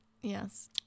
Yes